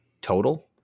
Total